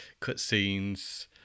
cutscenes